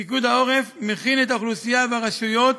פיקוד העורף מכין את האוכלוסייה והרשויות